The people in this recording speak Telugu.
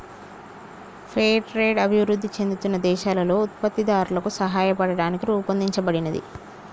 ఫెయిర్ ట్రేడ్ అభివృద్ధి చెందుతున్న దేశాలలో ఉత్పత్తిదారులకు సాయపడటానికి రూపొందించబడినది